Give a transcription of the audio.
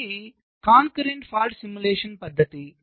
ఇది ఉమ్మడి తప్పు అనుకరణ పద్ధతి